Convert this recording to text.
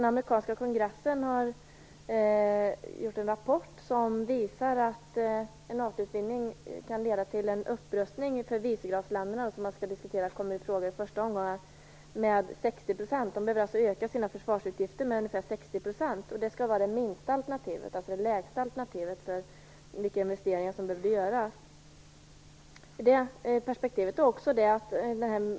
Den amerikanska kongressen har lämnat en rapport som visar att en NATO-utvidgning kan leda till en upprustning för vicegradsländerna - som kommer ifråga vid första omgången - med 60 %. De behöver alltså öka sina försvarsutgifter med 60 %, vilket är det lägsta alternativet när det gäller hur stora investeringar som är nödvändiga.